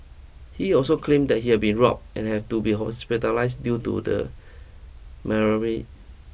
he also claimed that he had been robbed and had to be hospitalised due to the